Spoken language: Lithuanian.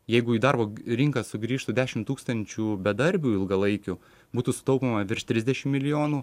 jeigu į darbo rinką sugrįžtų dešim tūkstančių bedarbių ilgalaikių būtų sutaupoma virš trisdešim milijonų